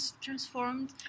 transformed